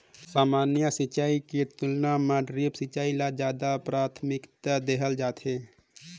सामान्य सिंचाई के तुलना म ड्रिप सिंचाई ल ज्यादा प्राथमिकता देहे जाथे